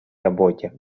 работе